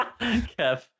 Kev